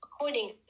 according